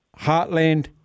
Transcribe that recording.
heartland